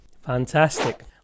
Fantastic